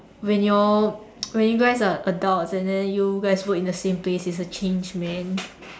when your when you guys are adults and then you guys work in the same place and he's a changed man